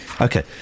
Okay